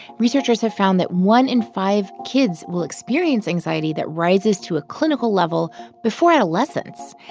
researchers have found that one in five kids will experience anxiety that rises to a clinical level before adolescence.